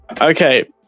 Okay